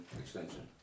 extension